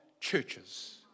churches